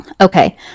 Okay